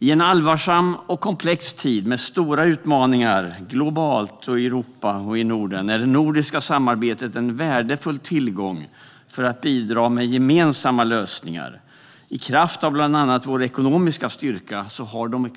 I en allvarsam och komplex tid med stora utmaningar globalt, i Europa och i Norden är det nordiska samarbetet en värdefull tillgång för att bidra med gemensamma lösningar. I kraft av bland annat vår ekonomiska styrka har de